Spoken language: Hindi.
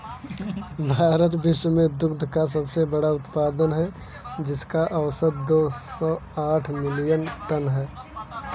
भारत विश्व में दुग्ध का सबसे बड़ा उत्पादक है, जिसका औसत दो सौ साठ मिलियन टन है